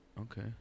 Okay